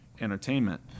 entertainment